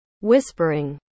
Whispering